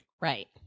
Right